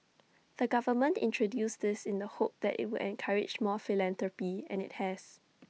the government introduced this in the hope that IT would encourage more philanthropy and IT has